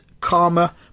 Karma